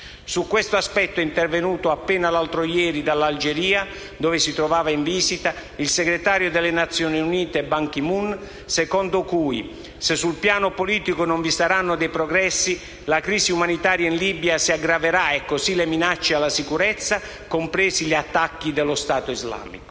l'altro ieri è intervenuto su questo aspetto dall'Algeria, dove si trovava in visita, il segretario generale delle Nazioni Unite Ban Ki-moon, secondo cui «Se sul piano politico non vi saranno dei progressi, la crisi umanitaria in Libia si aggraverà e così le minacce alla sicurezza, compresi gli attacchi dello Stato islamico».